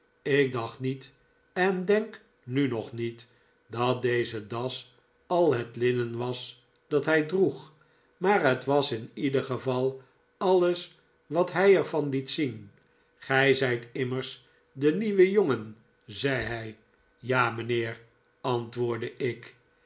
ik dacht niet en denk nu nog niet dat deze das al het linnen was dat hij droeg maar het was in ieder geval alles wat hij er van liet zien gij zijt immers de nieuwe jongen zei hij ja mijnheer antwoordde ik